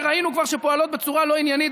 שראינו כבר שפועלות בצורה לא עניינית,